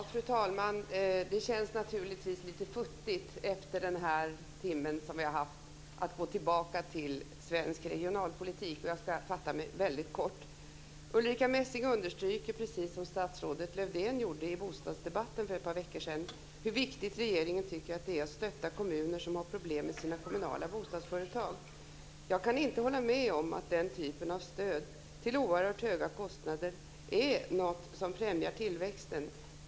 Fru talman! Det känns naturligtvis lite futtigt att efter den här timmen gå tillbaka till svensk regionalpolitik. Jag ska fatta mig väldigt kort. Ulrica Messing understryker, precis som statsrådet Lövdén gjorde i bostadsdebatten för ett par veckor sedan, hur viktigt regeringen tycker att det är att stötta kommuner som har problem med sina kommunala bostadsföretag. Jag kan inte hålla med om att den typen av stöd till oerhört höga kostnader är något som främjar tillväxten.